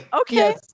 Okay